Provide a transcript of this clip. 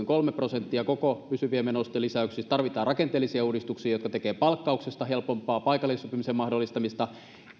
kolme prosenttia koko pysyvien menojen lisäyksistä tarvitaan rakenteellisia uudistuksia jotka tekevät palkkauksesta helpompaa paikallisen sopimisen mahdollistamista